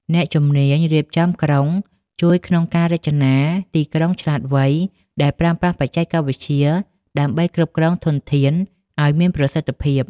អ្នកជំនាញរៀបចំក្រុងជួយក្នុងការរចនា "ទីក្រុងឆ្លាតវៃ"ដែលប្រើប្រាស់បច្ចេកវិទ្យាដើម្បីគ្រប់គ្រងធនធានឱ្យមានប្រសិទ្ធភាព។